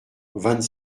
vingt